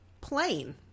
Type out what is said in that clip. plain